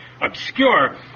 obscure